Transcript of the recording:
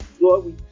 lord